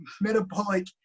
metabolic